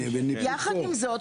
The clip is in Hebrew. יחד עם זאת,